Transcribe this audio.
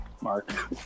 Mark